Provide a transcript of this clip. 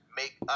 make